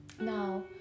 now